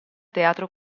teatro